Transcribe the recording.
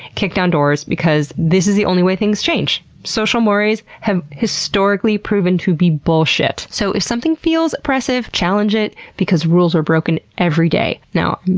kick down doors because this is the only way things change. social mores have historically historically proven to be bullshit, so if something feels oppressive, challenge it, because rules are broken every day. now,